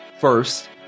First